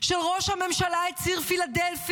של ראש הממשלה את ציר פילדלפי